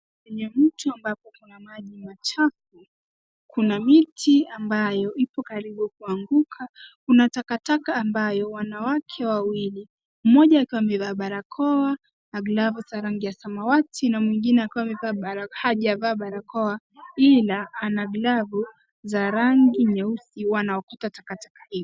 Kwenye mto ambapo kuna maji machafu, kuna miti ambayo ipo karibu kuanguka. Kuna takataka ambayo wanawake wawili, mmoja akiwa amevaa barakoa na glavu za rangi ya samawati na mwingine akiwa hajavaa barakoa ila ana glavu za rangi nyeusi wanaokota takataka hii.